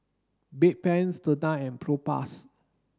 Bedpans Tena and Propass